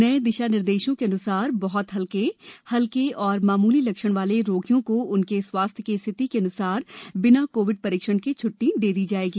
नए दिशा निर्देशों के अन्सार बहृत हल्के हल्के और मामूली लक्षण वाले रोगियों को उनके स्वास्थ्य की स्थिति के अन्सार बिना कोविड परीक्षण के छ्ट्टी दे दी जाएगी